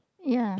ya